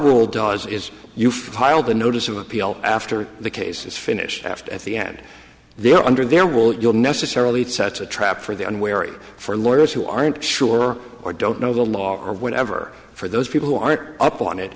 world does is you filed a notice of appeal after the case is finished aft at the end there under their will you'll necessarily set a trap for the unwary for lawyers who aren't sure or don't know the law or whatever for those people who aren't up on it